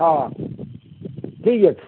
ହଁ ଠିକ ଅଛି